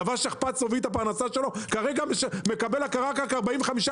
לבש שכפ"ץ והביא את הפרנסה שלו כרגע מקבל הכרה רק ב-45%".